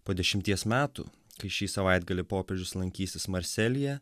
po dešimties metų kai šį savaitgalį popiežius lankysis marselyje